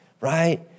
right